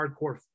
hardcore